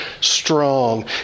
strong